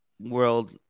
world